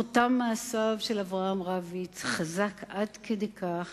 חותם מעשיו של אברהם רביץ חזק עד כדי כך